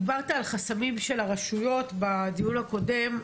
דיברת על חסמים של הרשויות בדיון הקודם.